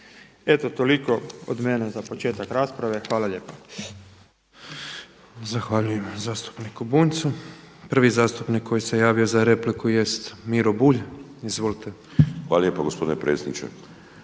Eto toliko od mene za početak rasprave. Hvala lijepa. **Petrov, Božo (MOST)** Zahvaljujem zastupniku Bunjcu. Prvi zastupnik koji se javio za repliku jest Miro Bulj. Izvolite. **Bulj, Miro (MOST)** Hvala lijepo gospodine predsjedniče.